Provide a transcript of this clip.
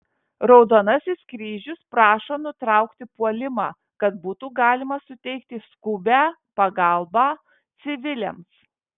raudonasis kryžius prašo nutraukti puolimą kad būtų galima suteikti skubią pagalbą civiliams